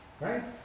Right